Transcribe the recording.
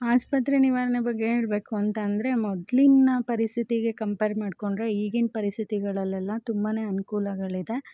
ಆಸ್ಪತ್ರೆ ನಿವಾರಣೆ ಬಗ್ಗೆ ಹೇಳಬೇಕು ಅಂತಂದರೆ ಮೊದಲಿನ ಪರಿಸ್ಥಿತಿಗೆ ಕಂಪ್ಯಾರ್ ಮಾಡ್ಕೊಂಡರೆ ಈಗಿನ ಪರಿಸ್ಥಿತಿಗಳೆಲೆಲ್ಲ ತುಂಬಾ ಅನುಕೂಲಗಳಿದೆ